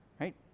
Right